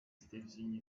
staging